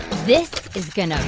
this is going ah